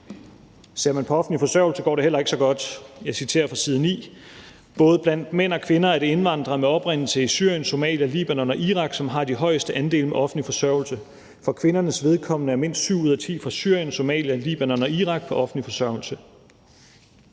Ser man på offentlig forsørgelse, går det heller ikke så godt. Jeg citerer fra side 9: »Både blandt mænd og kvinder er det indvandrere med oprindelse i Syrien, Somalia, Libanon og Irak, som har de højeste andele med offentlig forsørgelse. For kvindernes vedkommende er mindst syv ud af ti fra Syrien, Somalia, Libanon og Irak på offentlig forsørgelse.«